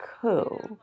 cool